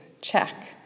check